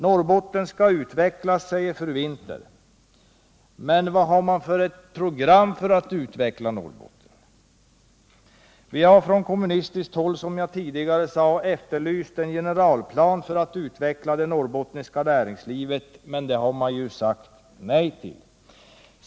: Norrbotten skall utvecklas, sade fru Winther. Men vad har man för ett program för att utveckla Norrbotten? Vi har, som jag tidigare sagt, från kommunistiskt håll efterlyst en generalplan för att utveckla det norrbottniska näringslivet, men en sådan har man sagt nej till.